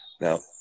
Now